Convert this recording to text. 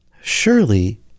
Surely